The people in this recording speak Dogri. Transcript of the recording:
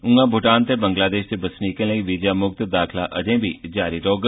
उआं भूटान ते बंग्लादेश दे बसनीकें लेई वीजा मुक्त दाखला अजें बी जारी रौह्ग